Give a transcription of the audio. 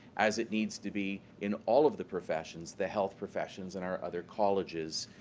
as it needs to be in all of the professions, the health professions and our other colleges,